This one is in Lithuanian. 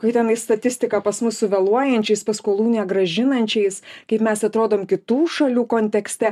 kokia tenais statiska pas mus su vėluojančiais paskolų negrąžinančiais kaip mes atrodom kitų šalių kontekste